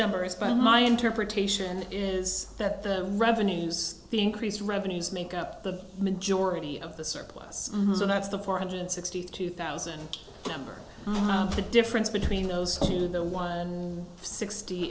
numbers by my interpretation is that the revenues the increased revenues make up the majority of the surplus so that's the four hundred sixty two thousand temporary the difference between those two there was sixty